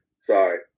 Sorry